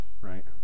right